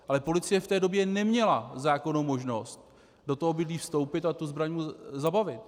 Ale policie v té době neměla zákonnou možnost do toho obydlí vstoupit a zbraň mu zabavit.